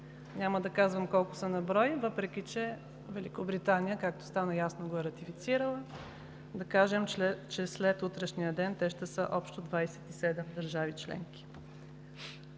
Няма да казвам колко са на брой, въпреки че Великобритания, както стана ясно, го е ратифицирала. Да кажем, че след утрешния ден те ще са общо 27 държави членки.